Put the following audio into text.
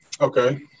Okay